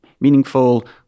meaningful